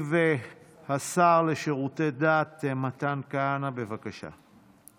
ישיב השר לשירותי דת מתן כהנא, בבקשה.